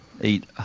eat